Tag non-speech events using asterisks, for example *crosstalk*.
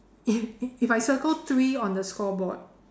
*laughs* if if I circle three on the scoreboard